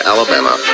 Alabama